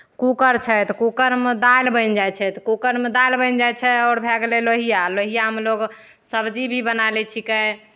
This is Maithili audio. कुकर छै तऽ कुकरमे दालि बनि जाइ छै तऽ कुकरमे दालि बनि जाइ छै आओर भए गेलै लोहिया लोहियामे लोग सबजी भी बना लै छिकै